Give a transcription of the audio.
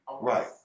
right